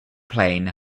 plane